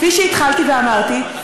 כפי שהתחלתי ואמרתי,